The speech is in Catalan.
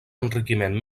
enriquiment